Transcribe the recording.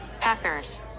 packers